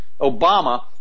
Obama